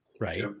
right